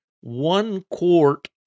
one-quart